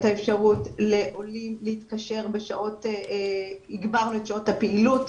שעות הפעילות,